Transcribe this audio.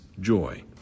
joy